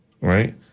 right